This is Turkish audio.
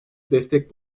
destek